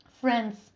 Friends